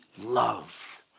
love